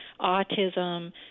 autism